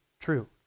true